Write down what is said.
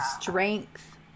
strength